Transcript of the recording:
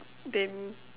then